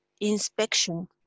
inspection